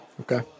Okay